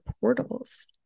portals